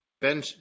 Ben